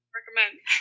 recommend